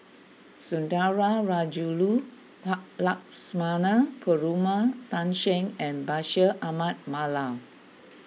Sundarajulu Lakshmana Perumal Tan Shen and Bashir Ahmad Mallal